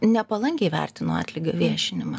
nepalankiai vertino atlygio viešinimą